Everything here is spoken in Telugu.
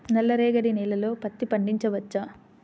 నల్ల రేగడి నేలలో పత్తి పండించవచ్చా?